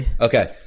okay